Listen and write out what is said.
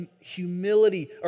humility